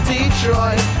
Detroit